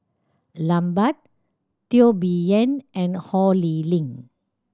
Lambert Teo Bee Yen and Ho Lee Ling